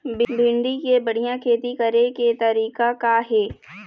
भिंडी के बढ़िया खेती करे के तरीका का हे?